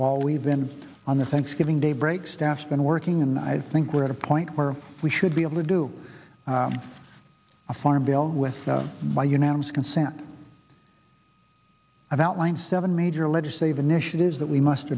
while we've been on the thanksgiving day break staffs been working and i think we're at a point where we should be able to do a farm bill with by unanimous consent i've outlined seven major legislative initiatives that we must